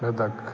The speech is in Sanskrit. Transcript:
रदख्